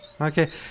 Okay